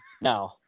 No